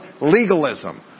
legalism